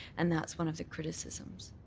and that's one of the criticisms.